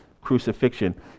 crucifixion